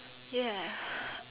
ya